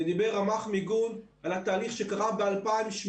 ודיבר רמ"ח מיגון על התהליך שקרה ב-2018,